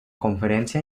conferencia